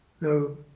no